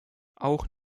auch